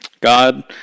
God